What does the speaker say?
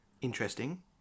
Interesting